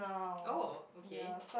oh okay